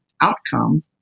outcome